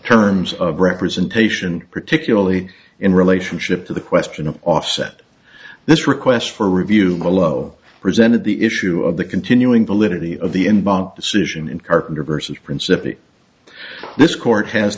terms of representation particularly in relationship to the question of offset this request for review below presented the issue of the continuing validity of the inbound decision in carpenter versus principally this court has